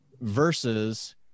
versus